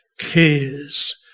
cares